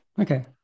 Okay